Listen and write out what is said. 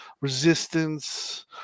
resistance